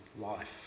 life